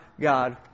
God